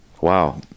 Wow